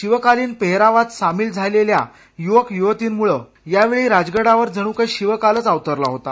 शिवकालीन पेहरावात सामिल झालेल्या युवक युवतींमुळं यावेळी राजगडावर जणूकाही शिवकालच अवतरला होता